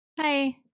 Hi